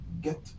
get